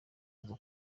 aza